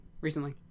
recently